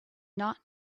not